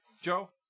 Joe